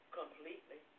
completely